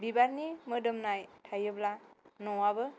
बिबारनि मोदोमनाय थायोब्ला न'आबो